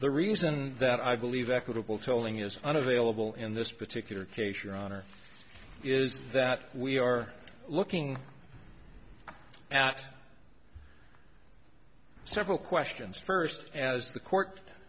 the reason that i believe equitable tolling is unavailable in this particular case your honor is that we are looking at several questions first as the court